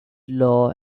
law